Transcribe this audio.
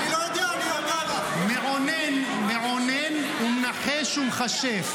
"מעונן ומנחש ומכשף".